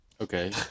Okay